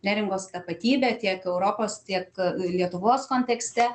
neringos tapatybę tiek europos tiek lietuvos kontekste